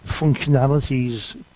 functionalities